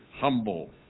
humble